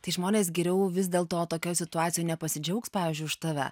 tai žmonės geriau vis dėl to tokioj situacijoj nepasidžiaugs pavyzdžiui už tave